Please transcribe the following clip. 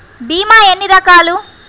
భీమ ఎన్ని రకాలు?